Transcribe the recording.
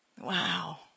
Wow